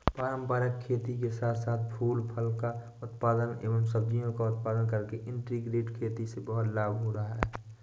पारंपरिक खेती के साथ साथ फूल फल का उत्पादन एवं सब्जियों का उत्पादन करके इंटीग्रेटेड खेती से बहुत लाभ हो रहा है